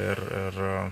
ir ir